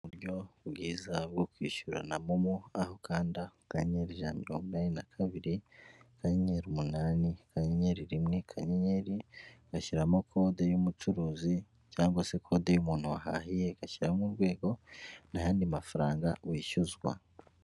Uburyo bwiza bwo kwishyura na momo aho ukanda akanyenyeri ijana na mirongo inani na kabiri akanyenyeri umunani, akakanyeri rimwe, akanyenyeri ugashyiramo kode y'ubucuruzi cyangwa se kode y'umuntu wahahiye ugashyiraraho urwego nt'ayandi mafaranga wishyuzwa.